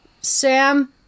Sam